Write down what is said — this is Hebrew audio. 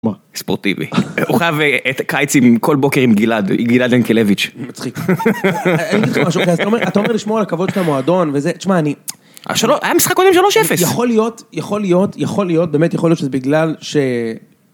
ספורטיבי אוכל את הקיץ עם כל בוקר עם גלעד גלעד ינקלביץ' את אומר לשמור על הכבוד של המועדון וזה, שמע אני. יכול להיות יכול להיות יכול להיות באמת יכול להיות שזה בגלל ש.